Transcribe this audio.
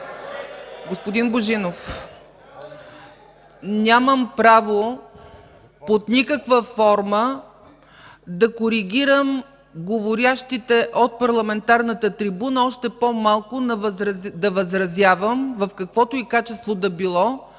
Господин Божинов, нямам право под никаква форма да коригирам говорещите от парламентарната трибуна, още по-малко да възразявам, в каквото й качество да било,